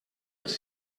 els